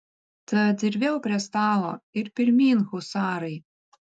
tad ir vėl prie stalo ir pirmyn husarai